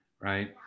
right